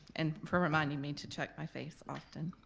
and for reminding me to check my face often.